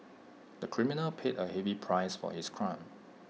the criminal paid A heavy price for his crime